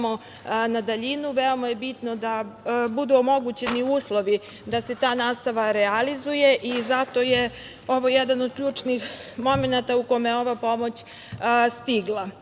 na daljinu, veoma je bitno da budu omogućeni uslovi da se ta nastava realizuje i zato je ovo jedan od ključnih momenata u kome je ova pomoć stigla. Ovim